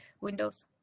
windows